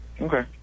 Okay